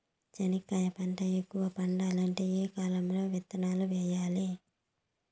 చెనక్కాయ పంట ఎక్కువగా పండాలంటే ఏ కాలము లో విత్తనాలు వేయాలి?